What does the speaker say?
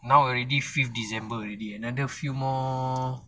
now already fifth december already another few more